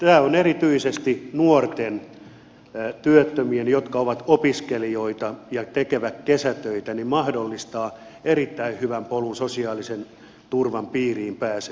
tämä mahdollistaa erityisesti nuorten työttömien jotka ovat opiskelijoita ja tekevät kesätöitä erittäin hyvän polun sosiaalisen turvan piiriin pääsemiselle